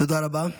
תודה רבה.